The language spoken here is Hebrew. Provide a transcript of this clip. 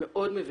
מאוד מביכות.